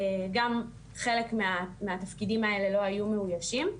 גם חלק מהתפקידים האלה לא היו מאוישים,